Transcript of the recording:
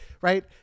Right